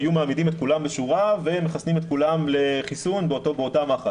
היו מעמידים את כולם בשורה ומחסנים את כולם באותה מחט.